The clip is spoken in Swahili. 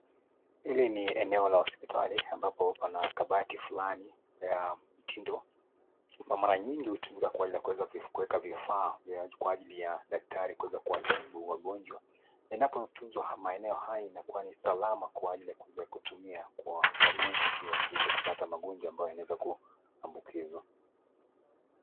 Hili ni eneo la hospitali ambapo pana kabati fulani ya mtindo. Mara nyingi hutumika kwa kuweza kuweka vifaa kwa ajili daktari kuweza kuwatibu wagonjwa. Inapotuzwa maeneo haya inakuwa ni salama kwa ajili ya kuweza kutumia kwa wagonjwa ili wasiweze kupata magonjwa ambayo yanaweza kuambukizwa.